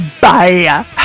Bye